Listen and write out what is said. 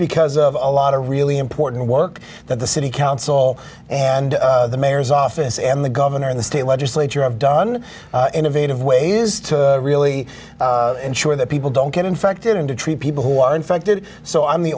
because of a lot of really important work that the city council and the mayor's office and the governor and the state legislature have done innovative ways to really ensure that people don't get infected and to treat people who are infected so i'm the